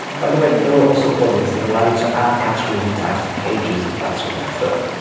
by the way, there are also plugins that allow you to add categories and tags to pages, if that's what you prefer.